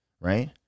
right